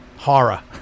horror